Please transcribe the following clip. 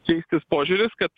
keistis požiūris kad